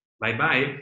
Bye-bye